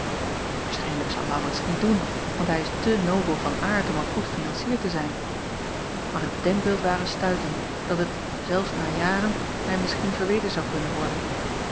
aarschijnlijk zou aurits t niet doen want hij is te nobel van aard om een goed financier te zijn maar het denkbeeld ware stuitend dat het zelfs na jaren mij misschien verweten zou kunnen worden